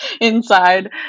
inside